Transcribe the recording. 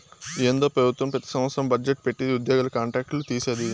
ఏందో పెబుత్వం పెతి సంవత్సరం బజ్జెట్ పెట్టిది ఉద్యోగుల కాంట్రాక్ట్ లు తీసేది